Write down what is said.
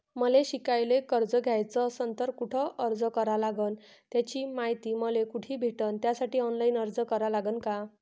मले शिकायले कर्ज घ्याच असन तर कुठ अर्ज करा लागन त्याची मायती मले कुठी भेटन त्यासाठी ऑनलाईन अर्ज करा लागन का?